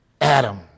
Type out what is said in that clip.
Adam